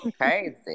Crazy